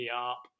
up